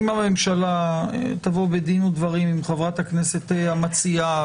אם הממשלה תבוא בדין ודברים עם חברת הכנסת המציעה,